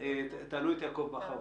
בינתיים, תעלו את יעקב בכר.